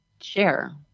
share